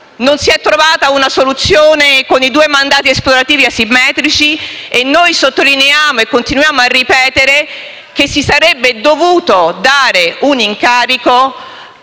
Non si è trovata una soluzione con i due mandati esplorativi asimmetrici, e noi sottolineiamo e continuiamo a ripetere che si sarebbe dovuto dare un incarico